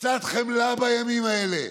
קצת חמלה בימים האלה.